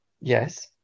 Yes